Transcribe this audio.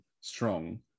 strong